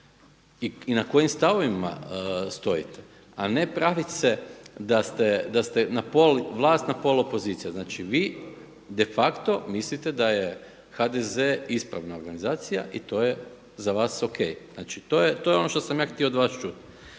i na kojim stavovima stojite, a ne pravit se da ste na pol vlast, na pol opozicija. Znači, vi de facto mislite da je HDZ-e ispravna organizacija i to je za vas Ok. Znači, to je ono što sam ja od vas htio